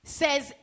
says